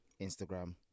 instagram